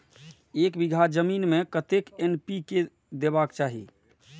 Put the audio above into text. एक बिघा जमीन में कतेक एन.पी.के देबाक चाही?